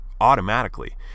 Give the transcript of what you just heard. automatically